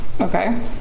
Okay